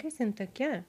kas jin tokia